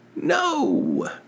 No